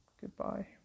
Goodbye